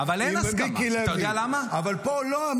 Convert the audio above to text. אם מיקי לוי -- אבל אין הסכמה,